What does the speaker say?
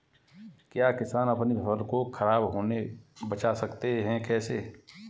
क्या किसान अपनी फसल को खराब होने बचा सकते हैं कैसे?